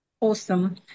awesome